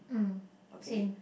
mm same